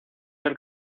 ser